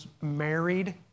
married